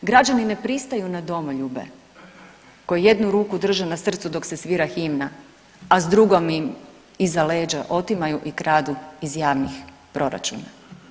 Građani ne pristaju na domoljube koji jednu ruku drže na srcu dok se svira himna, a s drugom im iza leđa otimaju i kradu iz javnih proračuna.